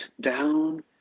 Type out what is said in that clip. down